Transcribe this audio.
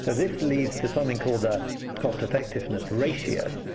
this leads to something called the cost-effectiveness ratio,